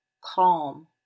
CALM